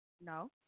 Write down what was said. No